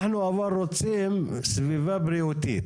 אנחנו אבל רוצים סביבה בריאותית.